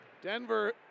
Denver